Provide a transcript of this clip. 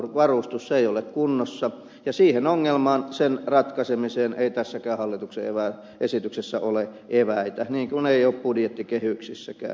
se ei ole kunnossa ja siihen ongelmaan sen ratkaisemiseen ei tässäkään hallituksen esityksessä ole eväitä niin kuin ei ole budjettikehyksissäkään